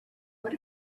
what